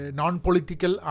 non-political